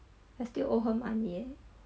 I still owe her money eh